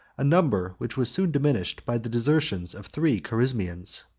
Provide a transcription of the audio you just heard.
a number which was soon diminished by the desertion of three carizmians.